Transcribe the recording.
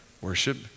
worship